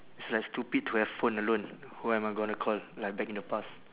it's like stupid to have phone alone who am I gonna call like back in the past